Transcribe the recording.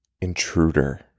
intruder